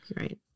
right